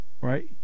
right